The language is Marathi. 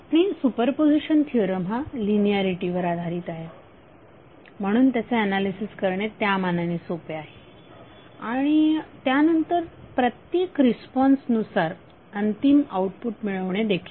आणि सुपरपोझिशन थिअरम हा लिनिआरीटीवर आधारित आहे म्हणून त्याचे ऍनालिसिस करणे हे त्यामानाने सोपे आहे आणि त्यानंतर प्रत्येक रिस्पॉन्स नुसार अंतिम आऊटपुट मिळवणे देखील